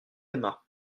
aima